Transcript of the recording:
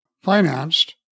financed